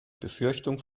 befürchtung